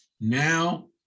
Now